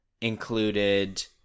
included